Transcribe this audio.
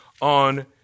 on